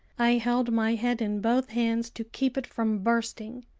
i held my head in both hands to keep it from bursting.